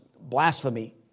blasphemy